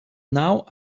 now